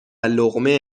لقمه